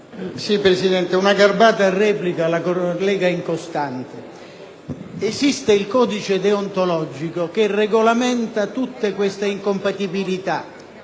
rivolgere una garbata replica alla collega Incostante. Esiste il codice deontologico che regolamenta tutte queste incompatibilità.